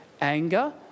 anger